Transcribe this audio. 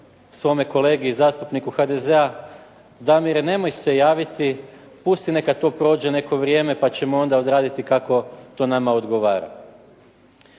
svome kolegi i zastupniku HDZ-a Damire nemoj se javiti, pusti neka to prođe neko vrijeme pa ćemo onda odraditi kako to nama odgovara.